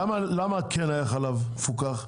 למה כן היה חלב מפוקח,